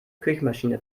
küchenmaschine